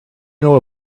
know